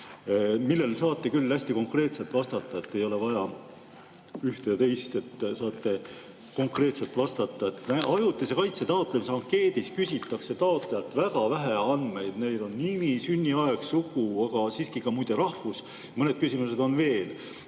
millele saate küll hästi konkreetselt vastata. Ei ole vaja ühte või teist [öelda], saate konkreetselt vastata. Ajutise kaitse taotlemise ankeedis küsitakse taotlejalt väga vähe andmeid, need on nimi, sünniaeg, sugu, aga siiski ka muide rahvus. Ja mõned küsimused on veel.